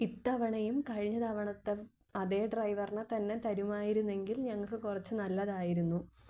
ഇത്തവണയും കഴിഞ്ഞ തവണത്തെ അതേ ഡ്രൈവറിനെ തന്നെ തരുമായിരുന്നെങ്കിൽ ഞങ്ങൾക്ക് കുറച്ച് നല്ലതായിരുന്നു